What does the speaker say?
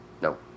No